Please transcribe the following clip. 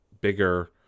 bigger